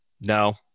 no